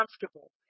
comfortable